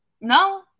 no